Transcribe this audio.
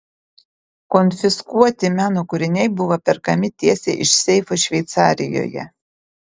konfiskuoti meno kūriniai buvo perkami tiesiai iš seifų šveicarijoje